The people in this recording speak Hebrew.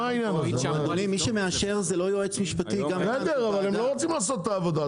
הם לא רוצים לעשות את העבודה.